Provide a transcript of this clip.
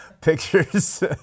pictures